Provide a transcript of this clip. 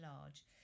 large